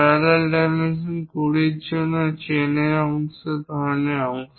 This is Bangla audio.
প্যারালাল ডাইমেনশন এবং এই 20 এর জন্য চেইন ধরনের অংশ